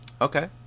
Okay